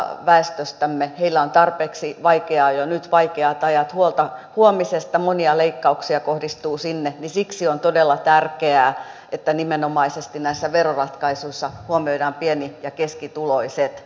heillä on tarpeeksi vaikeaa jo nyt vaikeat ajat huolta huomisesta monia leikkauksia kohdistuu sinne niin että siksi on todella tärkeää että nimenomaisesti näissä veroratkaisuissa huomioidaan pieni ja keskituloiset